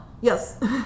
Yes